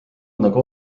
nagu